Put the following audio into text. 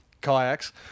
kayaks